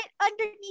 underneath